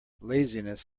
laziness